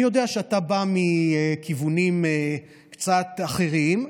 אני יודע שאתה בא מכיוונים קצת אחרים.